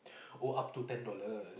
oh up to ten dollars